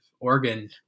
organ